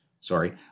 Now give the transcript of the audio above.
Sorry